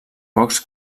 pocs